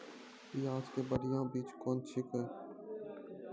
प्याज के बढ़िया बीज कौन छिकै?